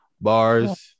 bars